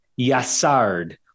Yasard